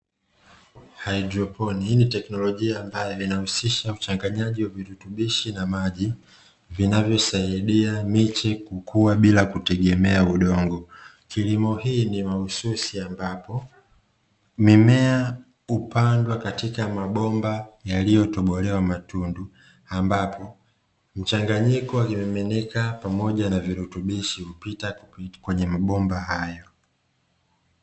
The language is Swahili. Haidroponi, hii ni teknolojia ambayo inahusisha uchanganyaji wa virutubishi na maji vinavyosaidia miche kukua bila kutegemea udongo, kilimo hii ni mahususi ambapo mimea hupandwa katika mabomba yaliyotobolewa, matundu ambapo mchanganyiko wa kimiminika pamoja na virutubishi hupita kwenye mabomba hayo.